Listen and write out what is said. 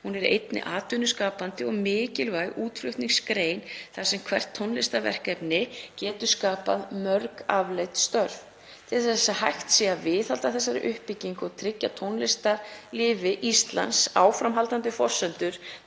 Hún er einnig atvinnuskapandi og mikilvæg útflutningsgrein þar sem hvert tónlistarverkefni getur skapað mörg afleidd störf. Til að hægt sé að viðhalda þessari uppbyggingu og tryggja tónlistarlífi Íslands frekari forsendur